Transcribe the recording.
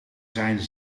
zijn